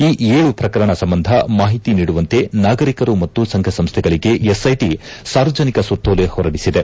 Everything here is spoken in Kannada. ಈ ಏಳು ಪ್ರಕರಣ ಸಂಬಂಧ ಮಾಹಿತಿ ನೀಡುವಂತೆ ನಾಗರಿಕರು ಮತ್ತು ಸಂಘ ಸಂಸ್ನೆಗಳಿಗೆ ಎಸ್ಐಟಿ ಸಾರ್ವಜನಿಕ ಸುತೋಲೆ ಹೊರಡಿಸಿದೆ